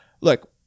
Look